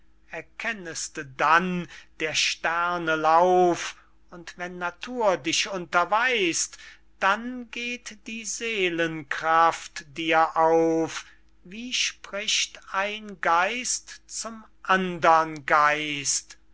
erkennest dann der sterne lauf und wenn natur dich unterweist dann geht die seelenkraft dir auf wie spricht ein geist zum andern geist